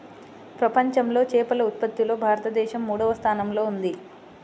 ప్రపంచంలో చేపల ఉత్పత్తిలో భారతదేశం మూడవ స్థానంలో ఉంది